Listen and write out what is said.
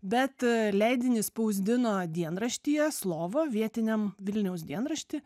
bet leidinį spausdino dienraštyje slovo vietiniam vilniaus dienrašty